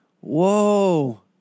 Whoa